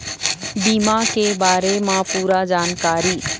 बीमा के बारे म पूरा जानकारी?